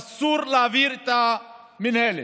אסור להעביר את המינהלת,